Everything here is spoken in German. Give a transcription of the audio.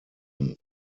wenn